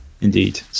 indeed